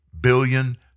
billion